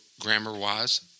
grammar-wise